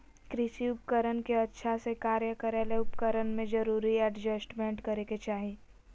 कृषि उपकरण के अच्छा से कार्य करै ले उपकरण में जरूरी एडजस्टमेंट करै के चाही